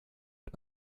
mit